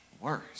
worse